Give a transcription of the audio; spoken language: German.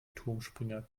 turmspringer